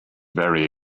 very